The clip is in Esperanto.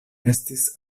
estis